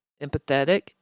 empathetic